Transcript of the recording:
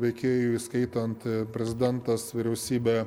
veikėjų įskaitant prezidentas vyriausybė